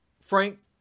Frank